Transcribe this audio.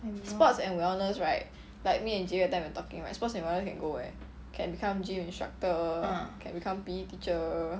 sports and wellness right like me and jie yue that time we were talking right sports and wellness can go where can become gym instructor can become P_E teacher